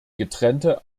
getrennte